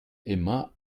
immer